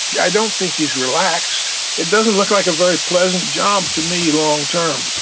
i don't think he's relaxed. it doesn't look like a very pleasant job to me long term.